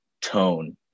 tone